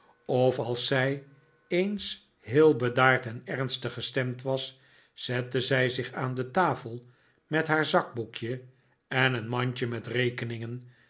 of als zij eens heel bedaard en ernstig gestemd was zette zij zich aan de tafel met haar zakboekje en een mandje met rekeningen